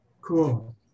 Cool